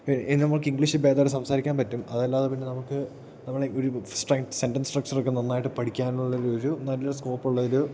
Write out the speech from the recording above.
നമുക്ക് ഇംഗ്ലീഷ് ഭേദമായിട്ട് സംസാരിക്കാൻ പറ്റും അതല്ലാതെ പിന്നെ നമുക്ക് നമ്മളെ ഒരു സ്ട്രങ് സെൻറ്റെൻസ് സ്ട്രക്ച്ചറൊക്കെ നന്നായിട്ട് പഠിക്കാനുള്ളതിലൊരു നല്ല സ്കോപ്പുള്ളൊരു